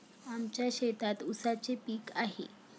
आमच्या शेतात ऊसाचे पीक आहे